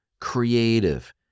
creative